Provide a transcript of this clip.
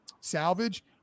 salvage